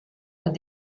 aux